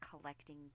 collecting